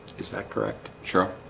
is that correct? sure